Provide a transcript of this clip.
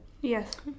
Yes